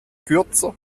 kürzer